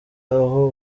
aho